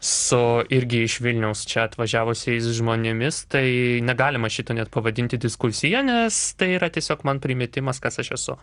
su irgi iš vilniaus čia atvažiavusiais žmonėmis tai negalima šito net pavadinti diskusija nes tai yra tiesiog man primetimas kas aš esu